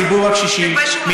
הממשלה הזאת הוסיפה לציבור הקשישים,